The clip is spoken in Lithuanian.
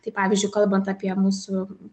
tai pavyzdžiui kalbant apie mūsų